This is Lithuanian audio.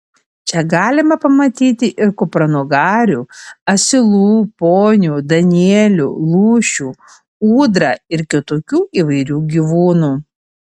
čia galima pamatyti ir kupranugarių asilų ponių danielių lūšių ūdrą ir kitokių įvairių gyvūnų